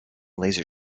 laser